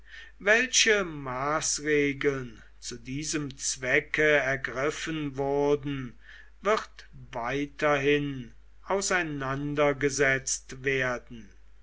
welche maßregeln zu diesem zwecke ergriffen wurden wird weiterhin auseinandergesetzt werden